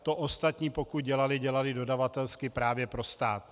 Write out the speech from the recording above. To ostatní, pokud dělaly, dělaly dodavatelsky právě pro stát.